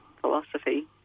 philosophy